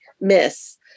miss